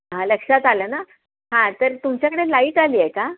हां लक्षात आलं ना हा तर तुमच्याकडे लाईट आली आहे का